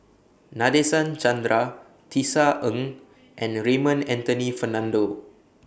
Nadasen Chandra Tisa Ng and Raymond Anthony Fernando